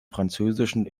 französischen